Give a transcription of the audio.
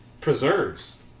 preserves